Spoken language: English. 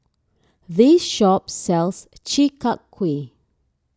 this shop sells Chi Kak Kuih